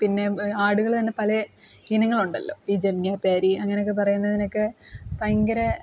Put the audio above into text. പിന്നെ ആടുകൾ തന്നെ പല ഇനങ്ങളുണ്ടല്ലോ ഈ ജംനാപ്യാരി അങ്ങനെയൊക്കെ പറയുന്നതിനൊക്കെ ഭയങ്കര